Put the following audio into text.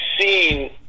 seen